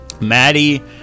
Maddie